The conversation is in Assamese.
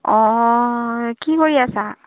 অঁ কি কৰি আছা